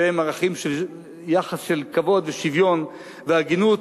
שהם ערכים של יחס של כבוד ושוויון והגינות,